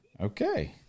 Okay